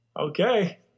Okay